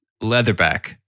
Leatherback